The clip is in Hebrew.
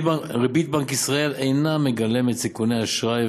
ריבית בנק ישראל אינה מגלמת סיכוני אשראי,